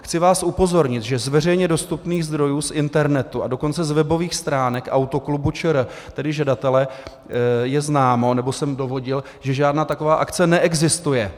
Chci vás upozornit, že z veřejně dostupných zdrojů, z internetu, a dokonce z webových stránek Autoklubu ČR, tedy žadatele, je známo, nebo jsem dovodil, že žádná taková akce neexistuje.